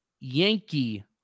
Yankee